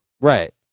Right